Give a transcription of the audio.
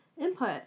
input